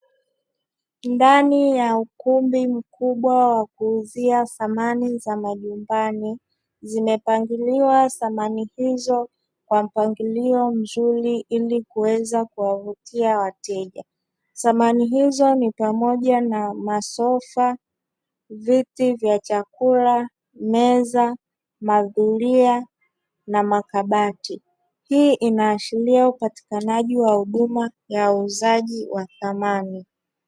Ndani ya ukumbi mkubwa wa kuuzia samani za majumbani, zimepangiliwa samani hizo kwa mpangilio mzuri ili kuweza kuwavutia wateja. Samani hizo ni pamoja na: masofa, viti vya chakula, meza, mazulia na makabati. Hii inaashiria upatikanaji wa huduma ya uuzaji wa samani.